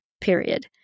period